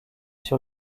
sur